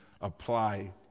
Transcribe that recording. apply